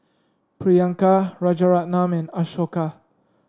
Priyanka Rajaratnam and Ashoka